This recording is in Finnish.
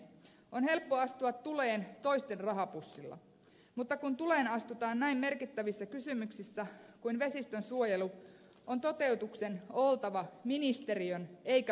on helppo astua tuleen toisten rahapussilla mutta kun tuleen astutaan näin merkittävässä kysymyksessä kuin vesistönsuojelu on toteutuksen oltava ministeriön eikä markkinavoimien hallussa